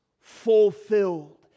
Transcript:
fulfilled